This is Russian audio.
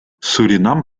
суринам